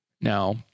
Now